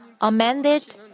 amended